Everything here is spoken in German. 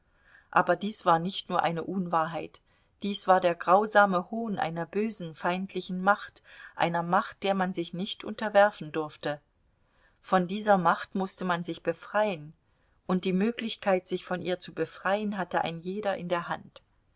aber dies war nicht nur eine unwahrheit dies war der grausame hohn einer bösen feindlichen macht einer macht der man sich nicht unterwerfen durfte von dieser macht mußte man sich befreien und die möglichkeit sich von ihr zu befreien hatte ein jeder in der hand